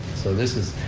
so this is,